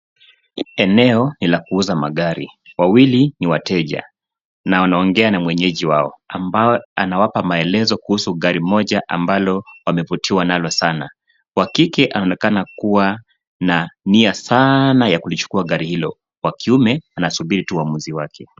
Eneo ni la kuuza magari. Wawili ni wateja na wanaongea na mwenyeji wao ambao anawapa maelezo kuhusu gari moja ambalo wamevutiwa nalo sana. Wa kike anaonekana kuwa na nia saana ya kulichukua gari hilo. Wa kiume anasubiri tu uamuzi wake.